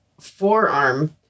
forearm